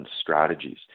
strategies